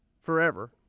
forever